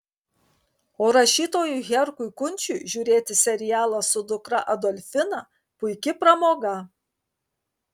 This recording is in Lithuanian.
o rašytojui herkui kunčiui žiūrėti serialą su dukra adolfina puiki pramoga